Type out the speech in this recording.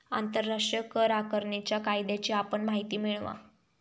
आंतरराष्ट्रीय कर आकारणीच्या कायद्याची आपण माहिती मिळवा